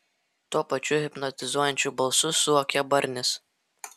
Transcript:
tuo pačiu hipnotizuojančiu balsu suokė barnis